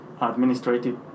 administrative